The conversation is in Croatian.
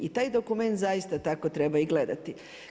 I taj dokument zaista tako treba i gledati.